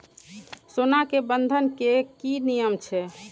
सोना के बंधन के कि नियम छै?